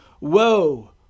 Woe